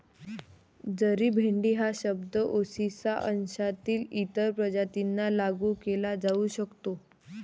जरी मेंढी हा शब्द ओविसा वंशातील इतर प्रजातींना लागू केला जाऊ शकतो